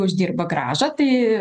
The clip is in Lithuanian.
uždirba grąžą tai